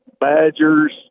badgers